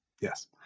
yes